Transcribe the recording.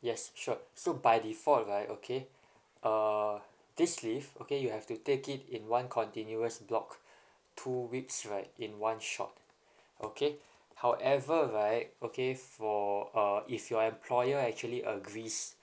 yes sure so by default right okay uh this leave okay you have to take it in one continuous block two weeks right in one shot okay however right okay for uh if your employer actually agrees